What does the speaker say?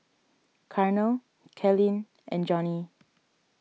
Carnell Kalyn and Johnie